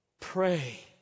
pray